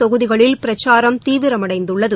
தொகுதிகளில் பிரச்சாரம் தீவிரம் அடைந்துள்ளது